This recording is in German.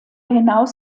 hinaus